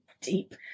deep